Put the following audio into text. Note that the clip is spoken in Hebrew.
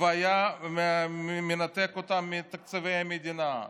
והיה מנתק אותם מתקציבי המדינה.